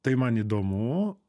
tai man įdomu